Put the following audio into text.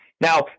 Now